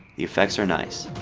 the effects are nice.